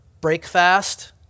breakfast